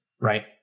right